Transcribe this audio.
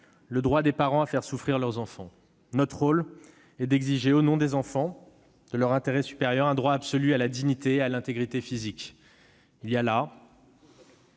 le droit des parents à faire souffrir leurs enfants. Notre rôle est d'exiger, au nom des enfants, de leur intérêt supérieur, un droit absolu à la dignité et à l'intégrité physique. C'est là